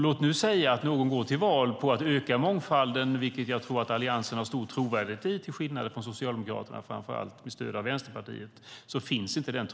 Låt oss säga att någon går till val på att öka mångfalden, vilket jag tror att Alliansen har stor trovärdighet i till skillnad från framför allt Socialdemokraterna med stöd av Vänsterpartiet.